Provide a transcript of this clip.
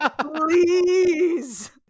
Please